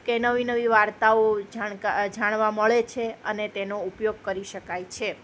કે નવી નવી વાર્તાઓ જાણકા જાણવા મળે છે અને તેનો ઉપયોગ કરી શકાય છે